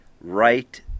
right